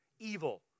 Evil